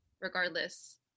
regardless